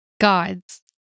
gods